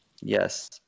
Yes